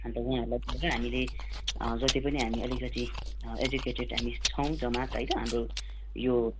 अन्त उहाँहरूलाई पुरा हामीले जति पनि हामी अलिकति एजुकेटेड हामी छौँ जमात होइन हाम्रो यो